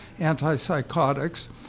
antipsychotics